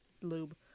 Lube